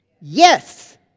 Yes